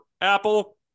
Apple